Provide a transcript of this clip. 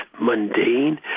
mundane